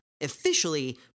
officially